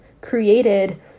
created